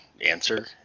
answer